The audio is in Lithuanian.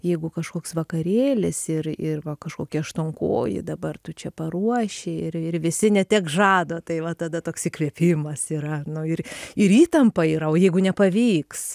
jeigu kažkoks vakarėlis ir ir va kažkokį aštuonkojį dabar tu čia paruoši ir ir visi neteks žado tai va tada toks įkvėpimas yra nu ir ir įtampa yra o jeigu nepavyks